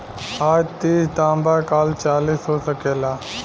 आज तीस दाम बा काल चालीसो हो सकेला